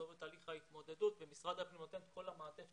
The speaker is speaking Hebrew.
בסוף את תהליך ההתמודדות ומשרד הפנים נותן את כל המעטפת